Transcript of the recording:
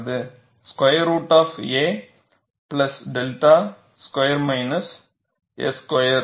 square root of a 𝛅 square minus s square